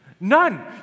None